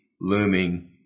looming